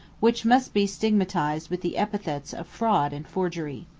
which must be stigmatized with the epithets of fraud and forgery.